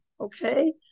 okay